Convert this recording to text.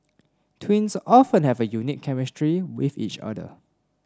twins often have a unique chemistry with each other